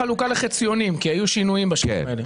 בחלוקה לחציונים כי היו שינויים בשנים האלה.